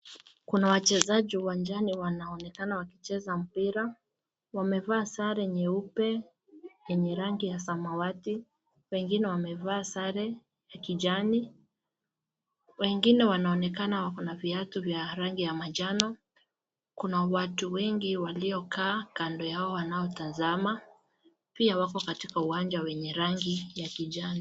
Kuna wachezaji uwanjani wanaonekana wakicheza mpira. Wamevaa sare nyeupe yenye rangi ya samawati, wengine wamevaa sare ya kijani wengine wanaonekana wakona viatu vya rangi ya manjano. Kuna watu wengi waliokaa kando yao wanaotazama pia wako katika uwanja wenye rangi ya kijani.